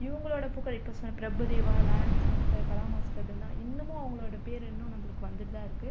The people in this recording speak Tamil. இவங்களோட புகழ் இப்போ சொன்ன Prabhu Deva Lawrence master Kala master Brinda இன்னமும் அவங்களோட பேர் இன்னும் நம்மளுக்கு வந்துட்டு தான் இருக்குது